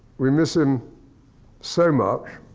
we miss him so much.